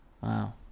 Wow